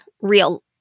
real